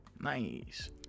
nice